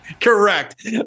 Correct